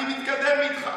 אני מתקדם איתך.